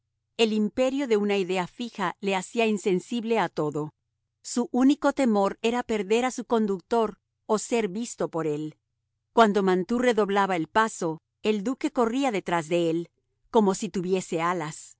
el imperio de una idea fija le hacía insensible a todo su único temor era perder a su conductor o ser visto por él cuando mantoux redoblaba el paso el duque corría detrás de él como si tuviese alas